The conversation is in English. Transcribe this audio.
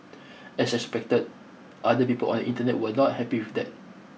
as expected other people on the Internet were not happy with that